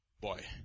Boy